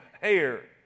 hair